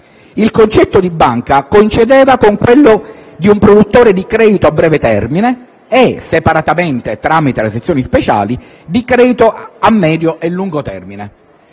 Il concetto di banca coincideva con quello di un produttore di credito a breve termine e separatamente, tramite le sezioni speciali, di credito a medio e lungo termine.